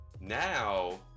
now